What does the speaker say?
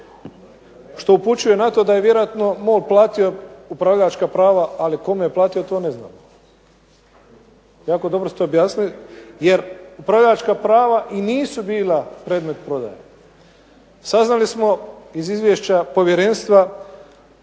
što upućuje na to da je vjerojatno MOL platio upravljačka prava ali kome je platio to ne znam. Jako dobro ste objasnili, jer upravljačka prava i nisu bila predmet prodaje. Saznali smo iz izvješća povjerenstva